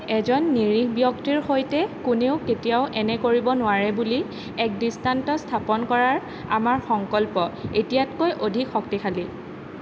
এজন নিৰীহ ব্যক্তিৰ সৈতে কোনেও কেতিয়াও এনে কৰিব নোৱাৰে বুলি এক দৃষ্টান্ত স্থাপন কৰাৰ আমাৰ সংকল্প এতিয়াতকৈ অধিক শক্তিশালী